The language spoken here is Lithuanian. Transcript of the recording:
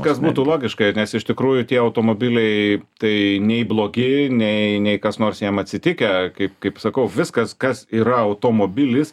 kas būtų logiška ir nes iš tikrųjų tie automobiliai tai nei blogi nei nei kas nors jiem atsitikę kaip kaip sakau viskas kas yra automobilis